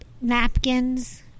Napkins